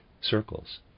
circles